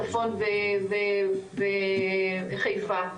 צפון וחיפה,